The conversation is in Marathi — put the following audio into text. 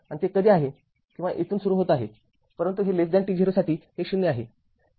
आणि ते कधी आहे किंवा येथून सुरू होत आहे परंतु हे t0 आहे हे ० आहे